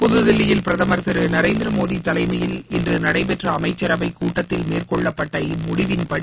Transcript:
புதுதில்லியில் பிரதமர் திரு நரேந்திரமோடி தலைமையில் இன்று நடைபெற்ற அமைச்சரவைக் கூட்டத்தில் மேற்கொள்ளப்பட்ட இம்முடிவின்படி